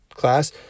class